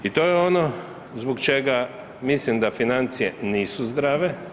I to je ono zbog čega mislim da financije nisu zdrave.